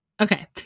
Okay